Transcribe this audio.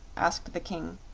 asked the king.